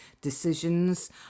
decisions